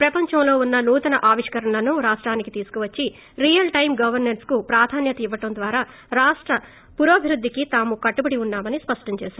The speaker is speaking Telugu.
ప్రపంచంలో వున్స నూతన ఆవిష్కరణలను రాష్టానికి తీసుకువచ్చి రియల్ టైం గవర్సెన్స్ కు ప్రాధాన్యత ఇవ్వడం ద్వారా రాష్ట్ర పురోభివృద్దికి తాము కట్టుబడి వున్నామని స్పష్టం చేశారు